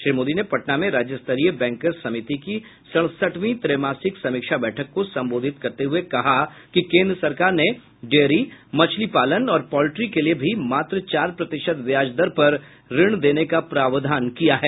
श्री मोदी ने पटना में राज्यस्तरीय बैंकर्स समिति की सड़सठवीं त्रैमासिक समीक्षा बैठक को संबोधित करते हुये कहा कि केन्द्र सरकार ने डेयरी मछली पालन और पॉल्ट्री के लिए भी मात्र चार प्रतिशत ब्याज दर पर ऋण देने का प्रावधान किया है